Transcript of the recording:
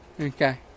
Okay